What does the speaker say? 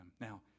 Now